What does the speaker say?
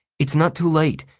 it's not too late,